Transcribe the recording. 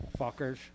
fuckers